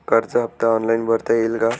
कर्ज हफ्ता ऑनलाईन भरता येईल का?